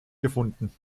gefunden